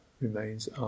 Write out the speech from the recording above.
remains